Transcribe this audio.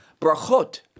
Brachot